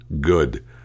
Good